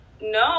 no